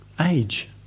age